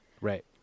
Right